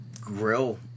grill